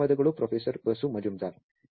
ಧನ್ಯವಾದಗಳು ಪ್ರೊಫೆಸರ್ ಬಸು ಮಜುಂದಾರ್